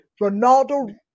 Ronaldo